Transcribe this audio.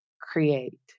create